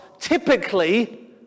typically